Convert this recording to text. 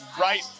right